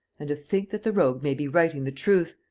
and to think that the rogue may be writing the truth!